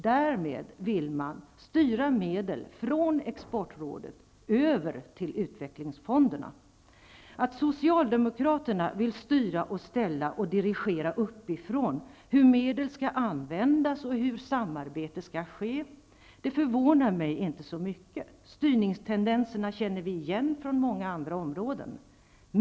Därmed vill man styra medel från exportrådet över till utvecklingsfonderna. Det förvånar mig inte så mycket att Socialdemokraterna vill styra, ställa och dirigera uppifrån hur medel skall användas och hur samarbete skall ske. Styrningstendenserna känner vi igen från många andra områden.